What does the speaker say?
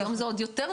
היום זה יותר מורכב.